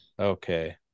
Okay